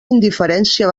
indiferència